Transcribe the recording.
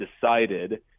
decided